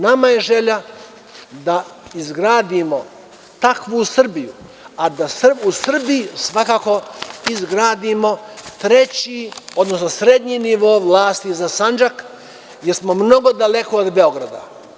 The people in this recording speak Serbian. Nama je želja da izgradimo takvu Srbiju, a da u Srbiji svakako izgradimo treći, odnosno srednji nivo vlasti za Sandžak, jer smo mnogo daleko od Beograda.